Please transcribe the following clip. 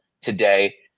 today